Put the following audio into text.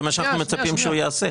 זה מה שאנחנו מצפים שהוא יעשה.